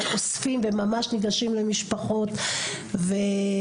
אבל אוספים וממש ניגשים למשפחות ולדאבוני,